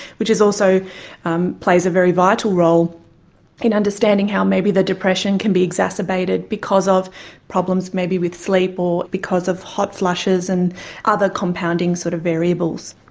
which also um plays a very vital role in understanding how maybe the depression can be exacerbated because of problems maybe with sleep or because of hot flushes and other compounding sort of variables.